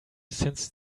since